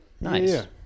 nice